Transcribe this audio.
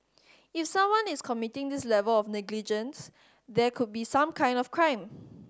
if someone is committing this level of negligence there could be some kind of crime